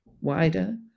wider